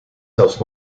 zelfs